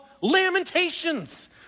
Lamentations